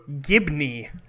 Gibney